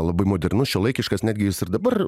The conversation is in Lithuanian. labai modernus šiuolaikiškas negi jis ir dabar